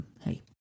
hey